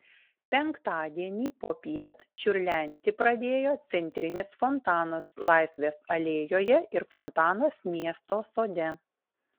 penktadienį popiet čiurlenti pradėjo centrinis fontanas laisvės alėjoje ir fontanas miesto sode